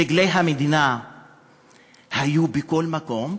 דגלי המדינה היו בכל מקום.